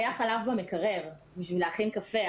היה חלב במקרר בשביל להכין קפה,